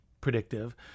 predictive